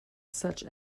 such